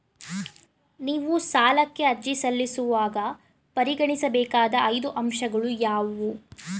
ನೀವು ಸಾಲಕ್ಕೆ ಅರ್ಜಿ ಸಲ್ಲಿಸುವಾಗ ಪರಿಗಣಿಸಬೇಕಾದ ಐದು ಅಂಶಗಳು ಯಾವುವು?